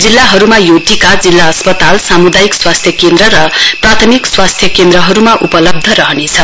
जिल्लाहरुमा यो टीका जिल्ला अस्पाल सामुदायिक स्वास्थ्य केन्द्र र प्रथमिक स्वास्थ्य केन्द्रहरुमा उपलब्ध रहनेछ